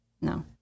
No